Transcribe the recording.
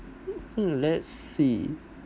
hmm let's see